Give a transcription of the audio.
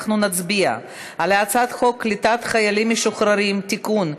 אנחנו נצביע על הצעת חוק קליטת חיילים משוחררים (תיקון,